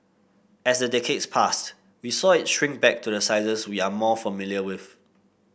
as the decades passed we saw it shrink back to the sizes we are more familiar with